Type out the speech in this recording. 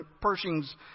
Pershing's